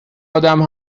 ادم